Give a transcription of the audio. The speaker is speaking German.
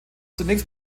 zunächst